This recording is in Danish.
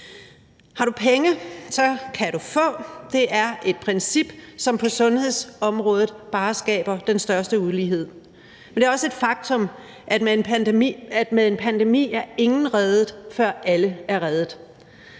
Har du penge, kan du få – det er et princip, som på sundhedsområdet bare skaber den største ulighed. Men det er også et faktum, at med en pandemi er ingen reddet, før alle er reddet.